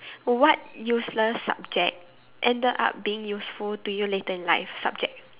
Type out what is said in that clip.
what useless subject ended up being useful to you later in life subject